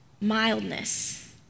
mildness